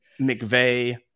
McVeigh